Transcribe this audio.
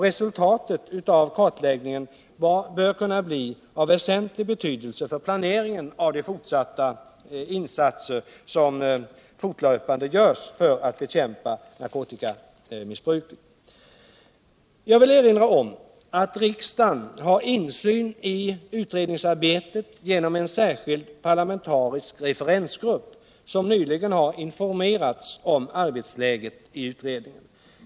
Resultatet av kartläggningen bör kunna bli av väsentlig betydelse för planeringen av de insatser som fortlöpande görs för att bekämpa narkotikamissbruket. Jag vill erinra om att riksdagen har insyn i utredningsarbetet genom en särskild parlamentarisk referensgrupp, som nyligen har informerats om arbetsläget i utredningen.